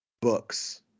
books